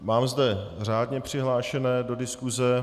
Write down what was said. Mám zde řádně přihlášené do diskuse.